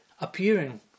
appearing